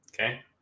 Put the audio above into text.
Okay